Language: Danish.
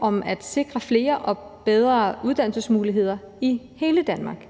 om at sikre flere og bedre uddannelsesmuligheder i hele Danmark.